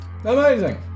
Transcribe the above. amazing